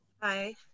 Hi